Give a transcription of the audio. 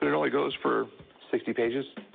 but only goes for sixty pages.